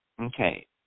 Okay